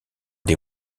des